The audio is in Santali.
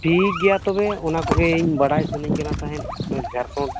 ᱴᱷᱤᱠ ᱜᱮᱭᱟ ᱛᱚᱵᱮ ᱚᱱᱟ ᱠᱚᱜᱮᱧ ᱵᱟᱰᱟᱭ ᱥᱟᱱᱟᱧ ᱠᱟᱱᱟ ᱛᱟᱦᱮᱸᱫ ᱱᱚᱣᱟ ᱡᱷᱟᱲᱠᱷᱚᱰ